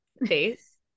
face